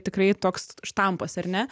tikrai toks štampas ar ne